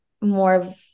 more